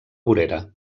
vorera